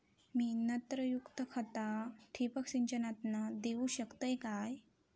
मी नत्रयुक्त खता ठिबक सिंचनातना देऊ शकतय काय?